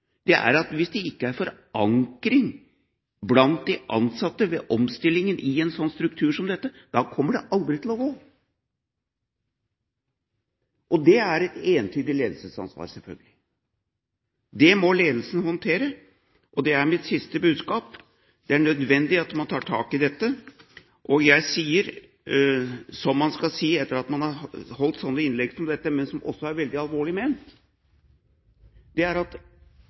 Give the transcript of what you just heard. er det hvis det ikke er forankring blant de ansatte ved omstillingen i en sånn struktur som dette. Da kommer det aldri til å gå. Det er et entydig ledelsesansvar, selvfølgelig. Det må ledelsen håndtere. Det er mitt siste budskap: Det er nødvendig at man tar tak i dette. Jeg sier som man skal si etter at man har holdt sånne innlegg som dette, men som er veldig alvorlig ment: Det kan slås fast at